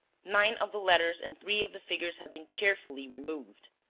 nine of the letters and three of the figures had been carefully removed.